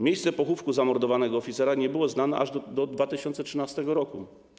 Miejsce pochówku zamordowanego oficera nie było znane aż do 2013 r.